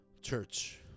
Church